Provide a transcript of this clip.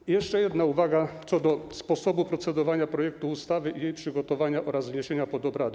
I jeszcze jedna uwaga co do sposobu procedowania projektu ustawy i jego przygotowania oraz wniesienia pod obrady.